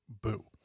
Boo